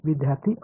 विद्यार्थी अ